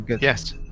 yes